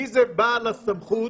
מי זה בעל הסמכות